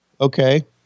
Okay